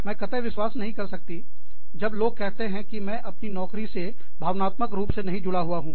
मैं कतई विश्वास नहीं कर सकता जब लोग कहते हैं कि मैं अपनी नौकरी से भावनात्मक रूप से नहीं जुड़ा हुआ हूँ